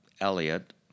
Elliot